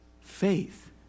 Faith